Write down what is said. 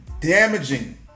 damaging